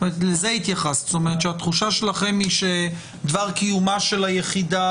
לזה התייחסת שהתחושה שלכם שדבר קיומה של היחידה